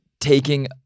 taking